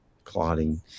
Clotting